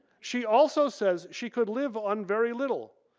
she also says she could live on very little,